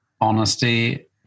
honesty